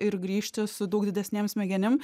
ir grįžti su daug didesnėm smegenim